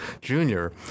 Junior